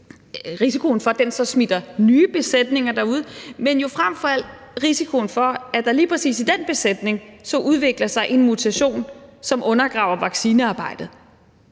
risikoen for, at den så smitter nye besætninger derude, dels risikoen for – og det er jo frem for alt det – at der lige præcis i den besætning udvikler sig en mutation, som undergraver vaccinearbejdet.